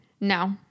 No